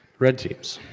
red teams.